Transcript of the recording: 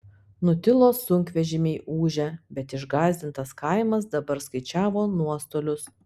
nutilo sunkvežimiai ūžę bet išgąsdintas kaimas dabar skaičiavo nuostolius